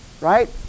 right